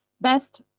best